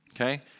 okay